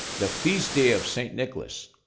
the feast day of saint nicholas.